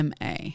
MA